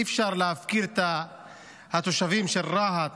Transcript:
אי-אפשר להפקיר את התושבים של רהט.